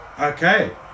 Okay